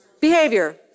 Behavior